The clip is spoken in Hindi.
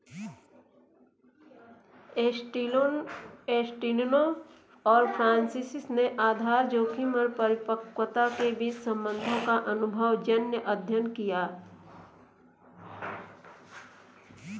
एस्टेलिनो और फ्रांसिस ने आधार जोखिम और परिपक्वता के बीच संबंधों का अनुभवजन्य अध्ययन किया